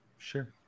Sure